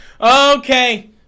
Okay